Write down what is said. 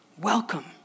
welcome